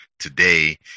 today